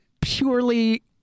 purely